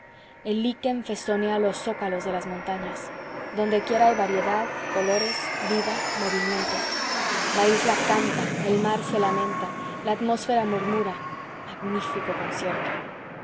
el liquen festonea los zócalos de las montañas donde quiera hay variedad colores vida movimiento la isla canta el mar se lamenta la atmósfera murmura magnífico concierto